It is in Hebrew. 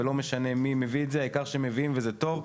ולא משנה מי מביא את זה העיקר שמביאים וזה טוב,